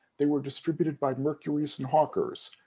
they were distributed by mercuries and hawkers,